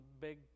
big